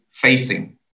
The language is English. facing